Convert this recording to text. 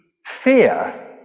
Fear